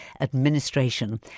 Administration